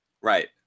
Right